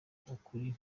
ukuri